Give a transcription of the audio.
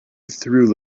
through